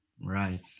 Right